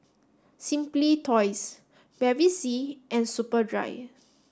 Simply Toys Bevy C and Superdry